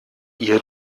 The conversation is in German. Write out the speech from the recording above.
ihr